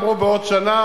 אמרו: בעוד שנה.